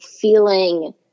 feeling